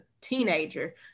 teenager